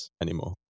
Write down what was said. anymore